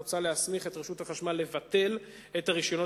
מוצע להסמיך את רשות החשמל לבטל את הרשיונות